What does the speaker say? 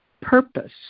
purpose